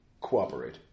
cooperate